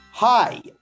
Hi